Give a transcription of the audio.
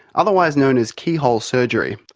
otherwise known as keyhole surgery.